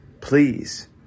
please